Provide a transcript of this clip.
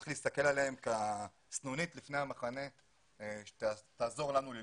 צריך להסתכל על התוכניות האלה כעל סנונית לפני המחנה שתעזור לנו ללמוד.